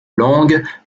langue